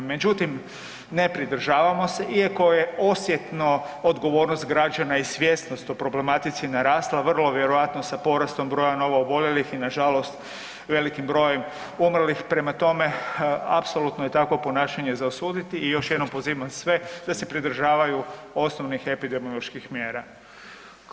Međutim, ne pridržavamo se iako je osjetno odgovornost građana i svjesnost o problematici narasla, vrlo vjerojatno sa porastom broja novooboljelih i nažalost velikim brojem umrlih, prema tome, apsolutno je takvo ponašanje za osuditi i još jednom pozivam sve da se pridržavaju osnovnih epidemioloških mjera.